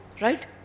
Right